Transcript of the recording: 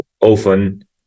often